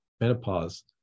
menopause